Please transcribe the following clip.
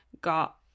got